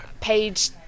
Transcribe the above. Page